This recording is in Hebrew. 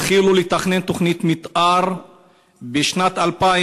התחילו לתכנן תוכנית מתאר בשנת 2000,